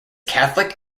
catholic